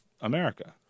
America